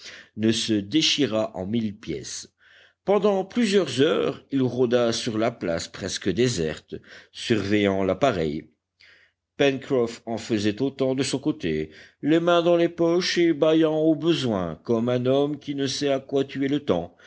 ne se déchirât en mille pièces pendant plusieurs heures il rôda sur la place presque déserte surveillant l'appareil pencroff en faisait autant de son côté les mains dans les poches et bâillant au besoin comme un homme qui ne sait à quoi tuer le temps